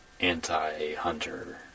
anti-hunter